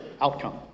outcome